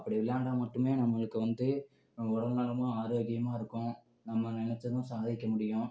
அப்படி விளையாண்டால் மட்டும் நம்மளுக்கு வந்து உடல்நலமும் ஆரோக்கியமாக இருக்கும் நம்ம நினச்சதும் சாதிக்க முடியும்